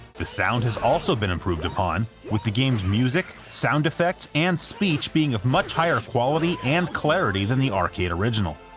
the sound has also been improved upon, with the game's music, sound effects, and speech being of much higher quality and clarity than the arcade original.